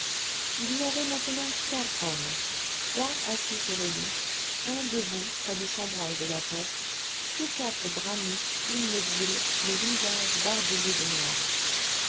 il y avait maintenant quatre hommes trois assis sur le lit un debout près du chambranle de la porte tous quatre bras nus immobiles le visage barbouillé de noir